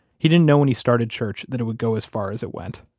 he didn't know when he started church that it would go as far as it went.